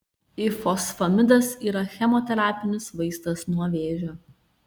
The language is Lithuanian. ifosfamidas yra chemoterapinis vaistas nuo vėžio